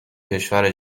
کشور